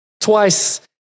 Twice